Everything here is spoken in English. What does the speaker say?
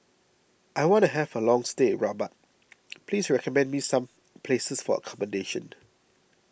I wanna have a long stay in Rabat please recommend me some places for accommodation